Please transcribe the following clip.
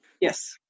Yes